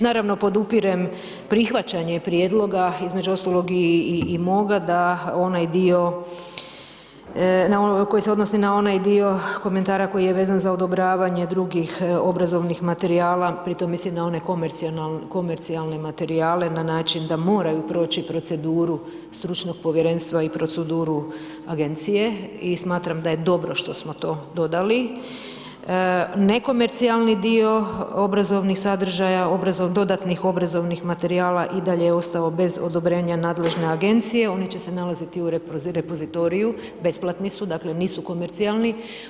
Naravno podupirem prihvaćanje prijedloga, između ostalog i moga da onaj dio koji se odnosi na onaj dio komentara koji je vezan za odobravanje drugih obrazovnih materijala, pri tome mislim na one komercijalne materijale na način da moraju proći proceduru stručnog povjerenstva i proceduru agencije i smatram da je dobro što smo to dodali, nekomercijalni dio obrazovnih sadržaja, dodatnih obrazovnih materijala i dalje je ostao bez odobrenja nadležne agencije, oni će se nalaziti u repozitoriju, besplatni su, dakle nisu komercijalni.